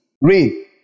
Read